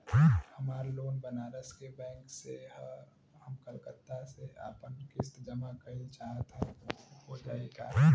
हमार लोन बनारस के बैंक से ह हम कलकत्ता से आपन किस्त जमा कइल चाहत हई हो जाई का?